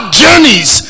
journeys